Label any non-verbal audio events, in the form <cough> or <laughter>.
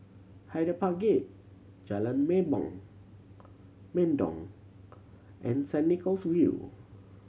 Hyde Park Gate Jalan <unintelligible> Mendong and Saint Nicholas View